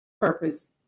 purpose